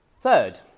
Third